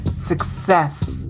success